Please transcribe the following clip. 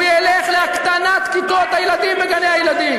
הוא ילך להקטנת כיתות הילדים בגני-הילדים,